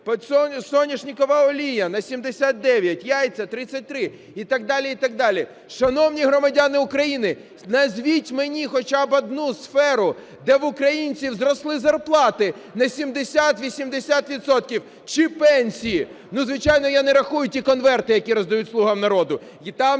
соняшникова олія – на 79, яйця – 33 і так далі, і так далі. Шановні громадяни України, назвіть мені хоча б одну сферу, де в українців зросли зарплати на 70, 80 відсотків чи пенсії. Ну, звичайно, я не рахую ті конверти, які роздають "Слуга народу",